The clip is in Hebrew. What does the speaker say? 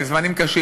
בזמנים קשים,